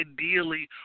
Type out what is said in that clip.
Ideally